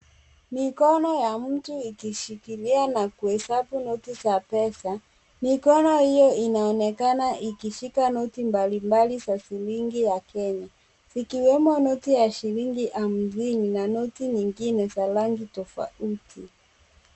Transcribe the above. Mikono ya mtu ikishikilia na kuhesabu noti za pesa. Mikono hiyo inaonekana ikishika noti mbalimbali za shilingi ya Kenya zikiwemo noti ya shilingi hamsini na noti nyingine za rangi tofauti.